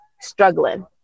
struggling